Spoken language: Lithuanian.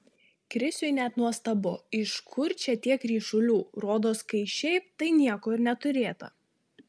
krisiui net nuostabu iš kur čia tiek ryšulių rodos kai šiaip tai nieko ir neturėta